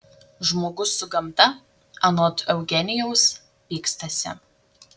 žmogus su gamta anot eugenijaus pykstasi